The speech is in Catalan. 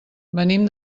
venim